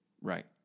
Right